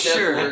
Sure